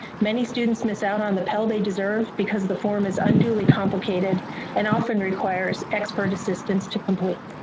many students miss out on the pell they deserve because the form is unduly complicated and often requires expert assistance to complete.